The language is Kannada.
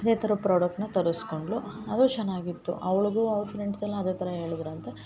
ಅದೇ ಥರ ಪ್ರಾಡಕ್ಟ್ನ ತರಸ್ಕೊಂಡಳು ಅದು ಚೆನ್ನಾಗಿತ್ತು ಅವ್ಳ್ಗೂ ಅವ್ಳ ಫ್ರೆಂಡ್ಸೆಲ್ಲ ಅದೇ ಥರ ಹೇಳ್ದ್ರು ಅಂತೆ